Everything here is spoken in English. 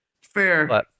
fair